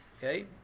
Okay